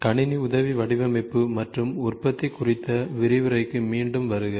கணினி உதவி வடிவமைப்பு மற்றும் உற்பத்தி குறித்த விரிவுரைக்கு மீண்டும் வருக